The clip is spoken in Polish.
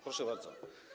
Proszę bardzo.